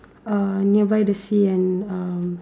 uh nearby the sea and um